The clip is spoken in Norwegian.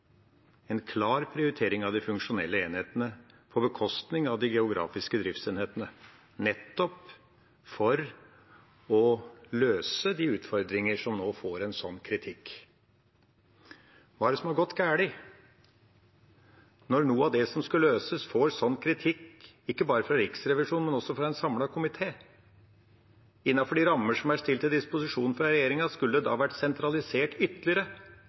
de funksjonelle enhetene – på bekostning av de geografiske driftsenhetene, nettopp for å løse de utfordringer som nå får sånn kritikk. Hva er det som har gått galt når noe av det som skal løses, får sånn kritikk, ikke bare fra Riksrevisjonen, men også fra en samlet komité? Innenfor de rammene som er stilt til disposisjon fra regjeringa, skulle det da vært sentralisert ytterligere,